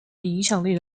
影响力